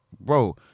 bro